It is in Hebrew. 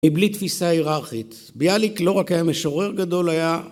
ובלי תפיסה היררכית ביאליק לא רק היה משורר גדול היה